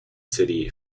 city